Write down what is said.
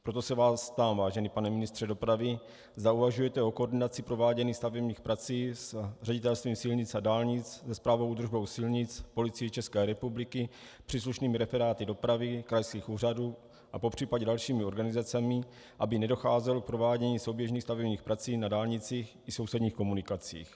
Proto se vás ptám, vážený pane ministře dopravy, zda uvažujete o koordinaci prováděných stavebních prací s Ředitelstvím silnic a dálnic, se správou údržby silnic, Policií České republiky, příslušnými referáty dopravy krajských úřadů a popřípadě dalšími organizacemi, aby nedocházelo k provádění souběžných stavebních prací na dálnicích i sousedních komunikacích.